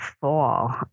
fall